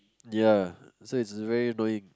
ya so it's very annoying